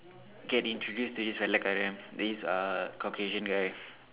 get introduced to this வெள்ளைக்காரன்:vellaikkaaran this uh Caucasian guy